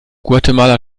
guatemala